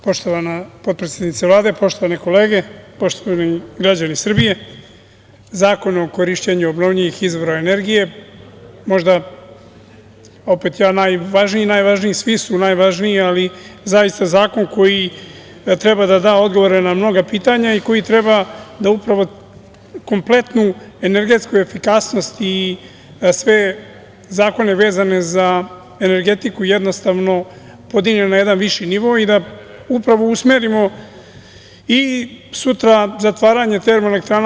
Poštovana potpredsednice Vlade, poštovane kolege, poštovani građani Srbije, Zakon o korišćenju obnovljivih izvora energije, možda opet jedan najvažniji, svi su najvažniji, ali zaista zakon koji treba da da odgovore na mnoga pitanja i koji treba da upravo kompletnu energetsku efikasnost i sve zakone vezane za energetiku jednostavno podigne na jedan viši nivo i da upravo usmerimo, i sutra zatvaranje termoelektrana.